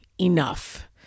enough